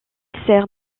sert